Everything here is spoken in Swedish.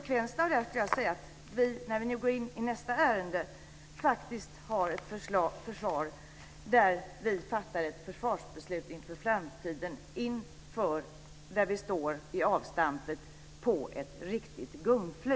Konsekvensen blir, när vi nu går in på nästa ärende, att vi faktiskt fattar ett försvarsbeslut inför framtiden för ett försvar och där vi vid avstampet står på ett riktigt gungfly.